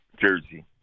Jersey